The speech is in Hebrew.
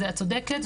את צודקת,